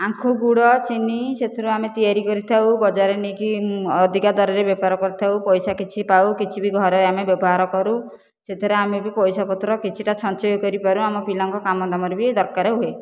ଆଖୁ ଗୁଡ଼ ଚିନି ସେଥିରୁ ଆମେ ତିଆରି କରିଥାଉ ବଜାରରେ ନେଇକି ଅଧିକ ଦରରେ ବେପାର କରିଥାଉ ପଇସା କିଛି ପାଉ କିଛି ବି ଘରେ ଆମେ ବ୍ୟବହାର କରୁ ସେଥିରେ ଆମେ ବି ପଇସା ପତ୍ର କିଛିଟା ସଞ୍ଚୟ କରିପାରୁ ଆମ ପିଲାଙ୍କ କାମ ଧାମ ରେ ବି ଦରକାର ହୁଏ